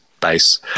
base